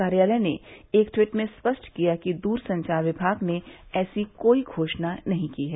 कार्यालय ने एक ट्वीट में स्पष्ट किया कि द्रसंचार विभाग ने ऐसी कोई घोषणा नहीं की है